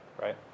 right